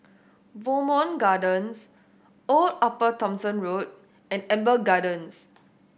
Bowmont Gardens Old Upper Thomson Road and Amber Gardens